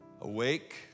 Awake